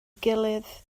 gilydd